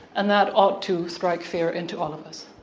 and that ought to strike fear into all of us.